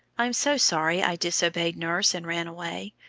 i'm so sorry i disobeyed nurse and ran away.